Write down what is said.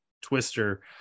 twister